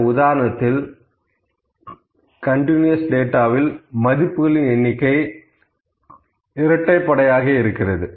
இந்த உதாரணத்தில் கண்டினியூஅஸ் டேட்டாவில் மதிப்புகளின் எண்ணிக்கை இரட்டைப்படை ஆக இருக்கிறது